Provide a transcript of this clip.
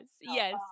Yes